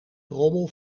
rommel